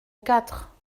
quatre